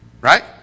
Right